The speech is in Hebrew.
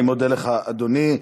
אני מודה לך, אדוני.